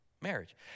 marriage